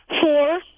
Four